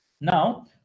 now